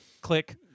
Click